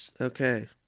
okay